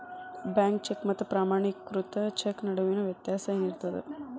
Bank cheque ಮತ್ತ ಪ್ರಮಾಣೇಕೃತ cheque ನಡುವಿನ್ ವ್ಯತ್ಯಾಸ ಏನಿರ್ತದ?